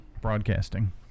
broadcasting